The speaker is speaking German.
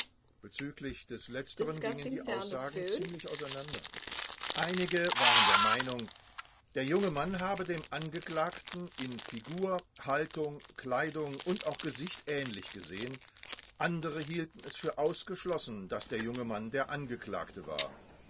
bezüglich des letzteren gingen die aussagen ziemlich auseinander einige waren der meinung der junge mann habe dem angeklagten in figur haltung kleidung und auch gesicht ähnlich gesehen andere hielten es für ausgeschlossen daß der junge mann der angeklagte war